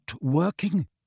working